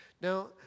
Now